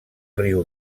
riu